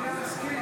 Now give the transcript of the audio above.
(קורא בשמות חברי הכנסת)